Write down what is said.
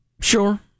Sure